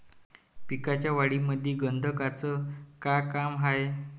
पिकाच्या वाढीमंदी गंधकाचं का काम हाये?